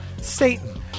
Satan